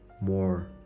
more